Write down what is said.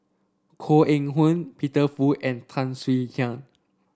Koh Eng Hoon Peter Fu and Tan Swie Hian